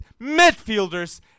midfielders